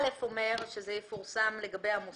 סעיף (א) אומר שזה יפורסם לגבי המוסד.